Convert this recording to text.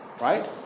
right